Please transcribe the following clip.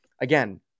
Again